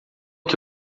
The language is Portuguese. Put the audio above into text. que